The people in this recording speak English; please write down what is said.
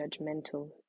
judgmental